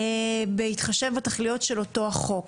בהתחשב בתכליות של אותו החוק.